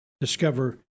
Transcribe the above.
discover